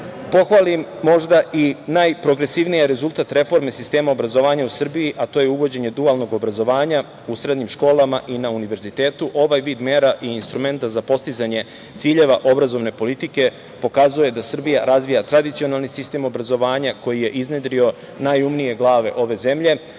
pohvalim možda i najprogresivnije rezultat reforme sistema obrazovanja u Srbiji, a to je uvođenje dualnog obrazovanja u srednjim školama i na univerzitetu, ovaj vid mera i instrumenta za postizanje ciljeva obrazovne politike pokazuje da Srbija razvija tradicionalni sistem obrazovanja koji je iznedrio najumnije glave ove zemlje,